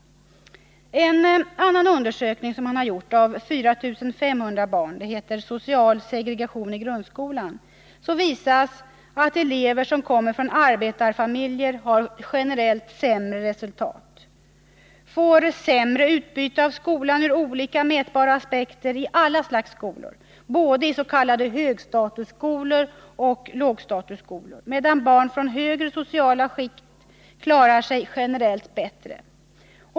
En annan undersökning, som omfattar 4 500 barn och som heter Social segregation i grundskolan, visar att elever som kommer från arbetarfamiljer har generellt sämre resultat. De får sämre utbyte av skolan ur olika mätbara aspekter i alla slags skolor, både s.k. högstatusskolor och lågstatusskolor. medan barn från högre sociala skikt klarar sig generellt bättre.